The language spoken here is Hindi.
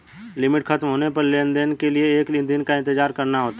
लिमिट खत्म होने पर लेन देन के लिए एक दिन का इंतजार करना होता है